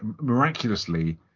miraculously